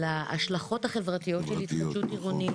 ההשלכות החברתיות של התחדשות עירונית,